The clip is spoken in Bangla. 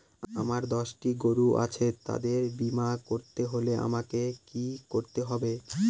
আমার দশটি গরু আছে তাদের বীমা করতে হলে আমাকে কি করতে হবে?